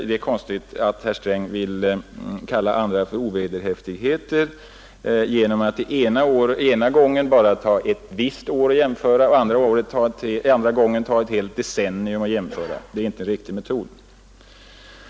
Det är konstigt att herr Sträng vill få andra att framstå som ovederhäftiga genom att ena gången jämföra med bara ett visst år och andra gången jämföra med ett helt decennium. Det är inte en riktig metod.